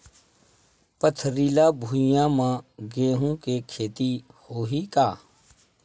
पथरिला भुइयां म गेहूं के खेती होही का?